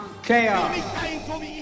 chaos